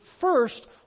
first